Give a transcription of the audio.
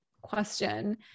question